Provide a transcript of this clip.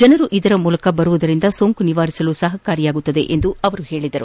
ಜನರು ಇದರ ಮೂಲಕ ಬರುವುದರಿಂದ ಸೋಂಕು ನಿವಾರಿಸಲು ಸಹಕಾರಿಯಾಗುತ್ತದೆ ಎಂದು ಅವರು ಹೇಳಿದರು